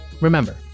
remember